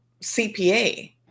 CPA